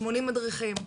80 מדריכים,